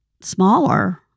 smaller